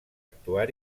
actuar